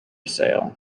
sale